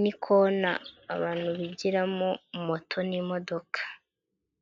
n'ikona abantu bigiramo moto n'imodoka .